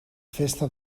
festa